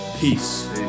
Peace